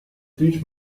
teach